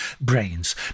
brains